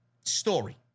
Story